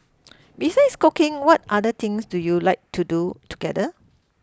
besides cooking what other things do you like to do together